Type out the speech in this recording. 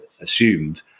assumed